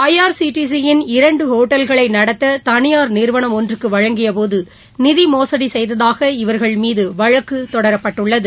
ஐ R C T C யின் இரண்டு ஒட்டல்களை நடத்த தனியார் நிறுவனம் ஒன்றுக்கு வழங்கியபோது நிதி மோசடி செய்ததாக இவர்கள் மீது வழக்கு தொடுக்கப்பட்டுள்ளது